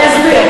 אני אסביר.